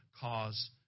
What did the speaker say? cause